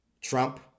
Trump